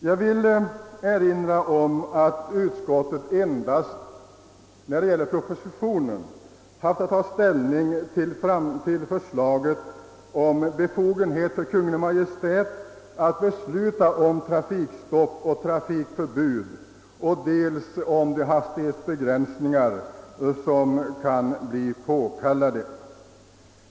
Jag vill erinra om att utskottet, när det gäller propositionen, endast haft att ta ställning till förslaget om befogenhet för Kungl. Maj:t att besluta dels om trafikstopp och trafikförbud, dels om de hastighetsbegränsningar som det kan bli påkallat att införa.